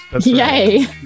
Yay